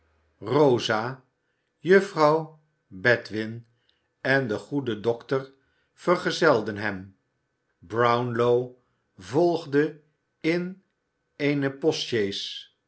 rosa juffrouw bedwin en de goede dokter vergezelden hem brown ow volgde in eene postsjees